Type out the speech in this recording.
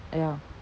ya